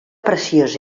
preciós